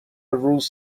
روز